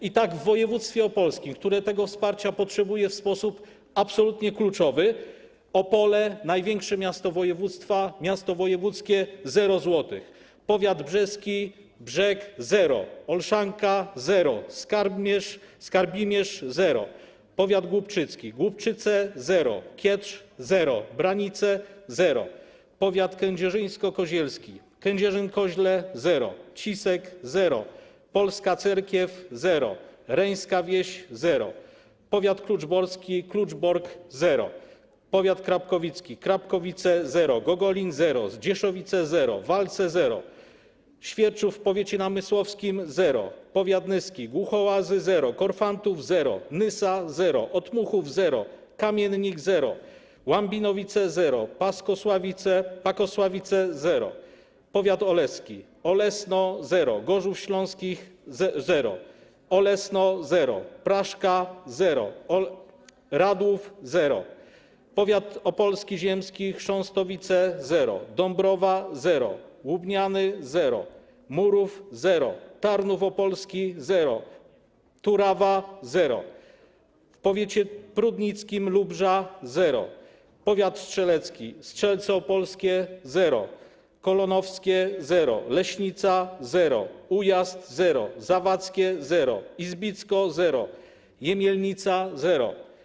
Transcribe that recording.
I tak w województwie opolskim, które tego wsparcia potrzebuje w sposób absolutnie kluczowy: Opole, największe miasto województwa, miasto wojewódzkie - 0 zł, powiat brzeski, Brzeg - zero, Olszanka - zero, Skarbimierz - zero, powiat głubczycki, Głubczyce - zero, Kietrz - zero, Branice - zero, powiat kędzierzyńsko-kozielski, Kędzierzyn-Koźle - zero, Cisek - zero, Polska Cerkiew - zero, Reńska Wieś - zero, powiat kluczborski, Kluczbork - zero, powiat krapkowicki, Krapkowice - zero, Gogolin - zero, Zdzieszowice - zero, Walce - zero, Świerczów w powiecie namysłowskim - zero, powiat nyski, Głuchołazy - zero, Korfantów - zero, Nysa - zero, Otmuchów - zero, Kamiennik - zero, Łambinowice - zero, Pakosławice - zero, powiat oleski, Olesno - zero, Gorzów Śląski - zero, Olesno - zero, Praszka - zero, Radłów - zero, powiat opolski ziemski, Chrząstowice - zero, Dąbrowa - zero, Łubniany - zero, Murów - zero, Tarnów Opolski - zero, Turawa - zero, w powiecie prudnickim Lubrza - zero, powiat strzelecki, Strzelce Opolskie - zero, Kolonowskie - zero, Leśnica - zero, Ujazd - zero, Zawadzkie - zero, Izbicko - zero, Jemielnica - zero.